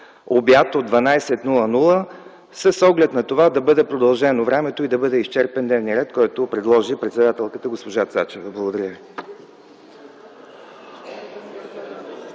обяд от 12,00 ч., с оглед на това да бъде продължено времето и да бъде изчерпан дневният ред, който предложи председателката госпожа Цачева. Благодаря ви.